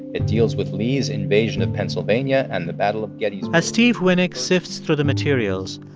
it deals with lee's invasion of pennsylvania and the battle of gettysburg as steve winick sifts through the materials,